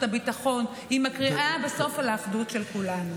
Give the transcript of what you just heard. הביטחון מקרינה בסוף על האחדות של כולנו.